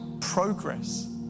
progress